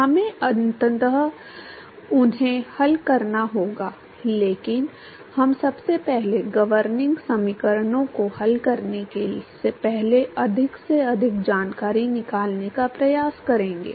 हमें अंततः उन्हें हल करना होगा लेकिन हम सबसे पहले गवर्निंग समीकरणों को हल करने से पहले अधिक से अधिक जानकारी निकालने का प्रयास करेंगे